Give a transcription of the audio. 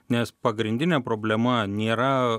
nes pagrindinė problema nėra